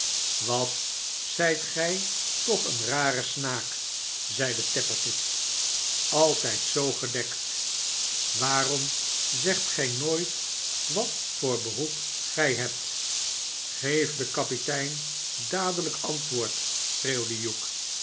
wat zijt gij toch een rare snaak zeide tappertit saltijd zoo gedekt waarom zegt gij nooit wat voor beroep gijhebt geef den kapitein dadelijk antwoord schreeuwde